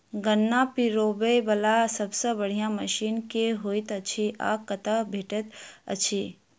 गन्ना पिरोबै वला सबसँ बढ़िया मशीन केँ होइत अछि आ कतह भेटति अछि?